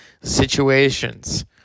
situations